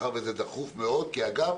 מאחר וזה דחוף מאוד, כי אגב,